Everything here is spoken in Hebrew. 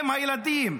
עם הילדים,